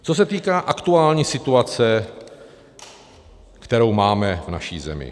Co se týká aktuální situace, kterou máme v naší zemi.